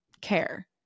care